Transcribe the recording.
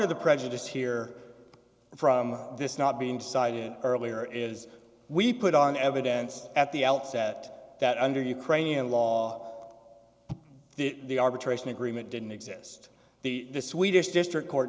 of the prejudice here from this not being cited earlier is we put on evidence at the outset that under ukrainian law the arbitration agreement didn't exist the swedish district court